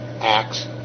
acts